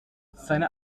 seine